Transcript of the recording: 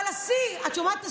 אבל השיא, את שומעת?